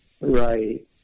Right